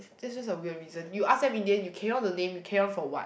that's just a weird reason you ask them in the end you carry on the name you carry on for what